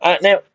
Now